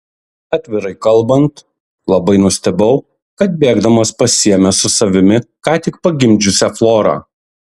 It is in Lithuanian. atvirai kalbant labai nustebau kad bėgdamas pasiėmė su savimi ką tik pagimdžiusią florą